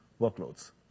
workloads